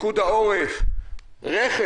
פיקוד העורף, רכש